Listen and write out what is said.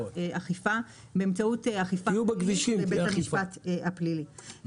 אכיפה באמצעות אכיפה פלילית ובית המשפט הפלילי.